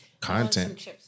content